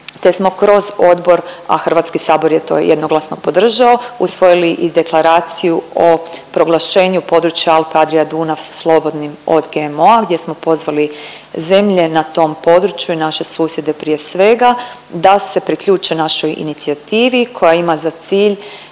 te smo kroz odbor, a HS je to jednoglasno podržao, usvojili i Deklaraciju o proglašenju područja Alpe Adria Dunav slobodnim od GMO-a gdje smo pozvali zemlje na tom području i naše susjede prije svega da se priključe našoj inicijativi koja ima za cilj